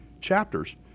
chapters